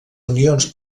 unions